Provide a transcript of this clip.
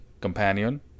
companion